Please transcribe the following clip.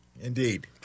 indeed